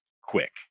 quick